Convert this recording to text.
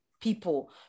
people